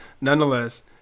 nonetheless